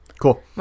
Cool